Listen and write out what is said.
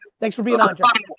thanks for being on josh.